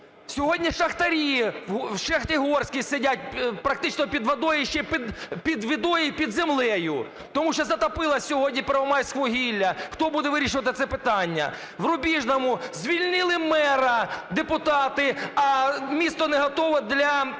Сьогодні шахтарі в шахті "Горській" сидять практично під водою і ще й під водою, і під землею, тому що затопило сьогодні "Первомайськвугілля". Хто буде вирішувати це питання? В Рубіжному звільнили мера депутати, а місто не готове до